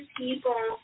people